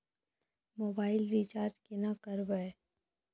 Mobile recharge केना करबै?